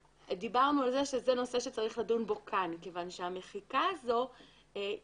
דיברנו על זה שזה נושא שצריך לדון בו כאן כיוון שהמחיקה הזו הייתה